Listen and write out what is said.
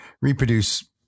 reproduce